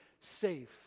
safe